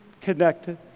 connected